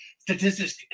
Statistics